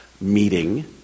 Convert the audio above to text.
meeting